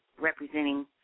representing